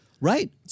Right